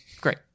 Great